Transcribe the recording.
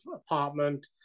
apartment